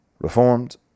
Reformed